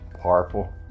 powerful